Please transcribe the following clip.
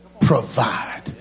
provide